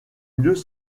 mieux